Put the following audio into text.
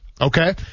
okay